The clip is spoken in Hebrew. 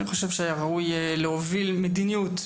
היה ראוי להוביל מדיניות.